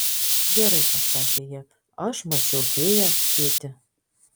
gerai atsakė ji aš mačiau fėją tėti